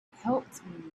helped